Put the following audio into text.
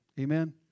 Amen